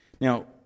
Now